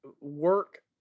work